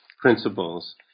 principles